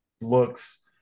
looks